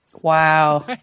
Wow